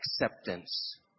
acceptance